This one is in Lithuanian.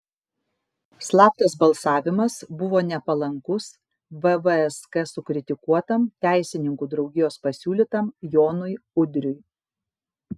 slaptas balsavimas buvo nepalankus vvsk sukritikuotam teisininkų draugijos pasiūlytam jonui udriui